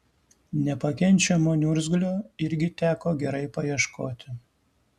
nepakenčiamo niurgzlio irgi teko gerai paieškoti